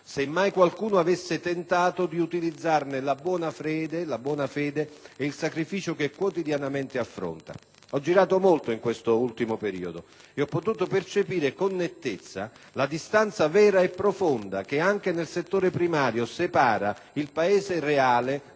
se mai qualcuno avesse tentato di utilizzarne la buona fede ed il sacrificio che quotidianamente affronta. Ho girato molto in questo periodo ed ho potuto percepire con nettezza la distanza vera e profonda che, anche nel settore primario, separa il Paese reale